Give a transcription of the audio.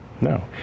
no